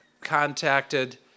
contacted